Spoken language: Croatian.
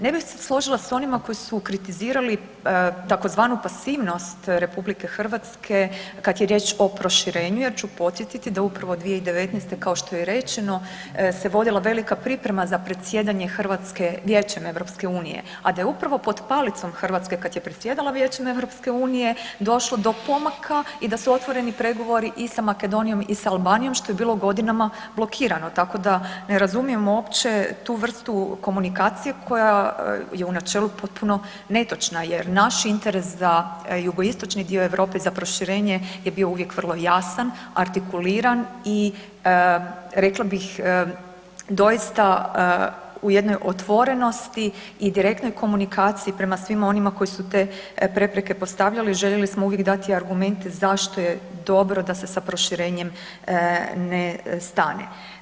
Ne bi se složila s onima koji su kritizirali tzv. pasivnost RH kad je riječ o proširenju jer ću podsjetiti da upravo 2019. kao što je rečeno se vodila velika priprema za predsjedanje Hrvatske Vijeće EU-a a da je upravo pod palicom Hrvatske kad je predsjedala Vijećem EU-a, došlo do pomaka i da su otvoreni pregovori i sa Makedonijom i sa Albanijom što je bilo godinama blokirano, tako da ne razumijem uopće tu vrstu komunikacije koja je u načelu potpuno netočna jer naš interes za jugoistočni dio Europe za proširenje je bio uvijek vrlo jasan, artikuliran i rekla bih, doista u jednoj otvorenosti i direktnoj komunikaciji prema svima onima koji su te prepreke postavljali, željeli smo uvijek dati argumente zašto je dobro da se sa proširenjem ne stane.